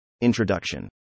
Introduction